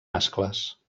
mascles